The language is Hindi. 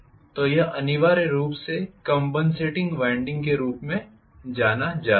तो यह अनिवार्य रूप से कॅंपनसेटिंग वाइंडिंग के रूप में जाना जाता है